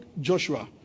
Joshua